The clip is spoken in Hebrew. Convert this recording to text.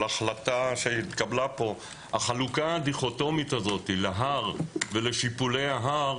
ההחלטה שהתקבלה פה על החלוקה הדיכוטומית להר ולשיפולי ההר,